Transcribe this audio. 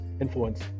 influence